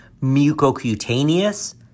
mucocutaneous